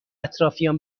اطرافیان